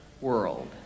world